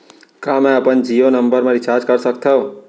का मैं अपन जीयो नंबर म रिचार्ज कर सकथव?